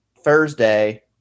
Thursday